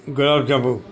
ગુલાબ જાંબુ